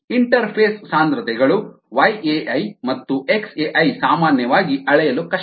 interface ಸಾಂದ್ರತೆಗಳು yAi ಮತ್ತು xAi ಸಾಮಾನ್ಯವಾಗಿ ಅಳೆಯಲು ಕಷ್ಟ